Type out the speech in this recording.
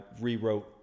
rewrote